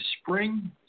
spring